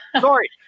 Sorry